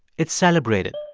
it celebrated